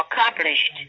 accomplished